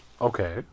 Okay